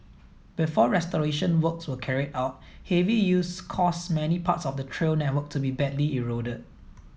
before restoration works were carried out heavy use caused many parts of the trail network to be badly eroded